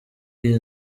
iyi